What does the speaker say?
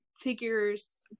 figures